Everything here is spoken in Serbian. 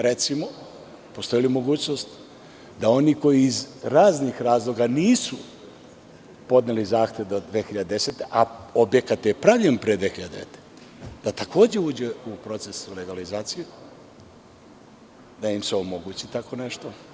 Recimo, postoji li mogućnost da oni koji iz raznih razloga nisu podneli zahtev do 2010. godine, a objekat je pravljen pre 2009. godine, da takođe uđu u proces legalizacije, da im se omogući tako nešto?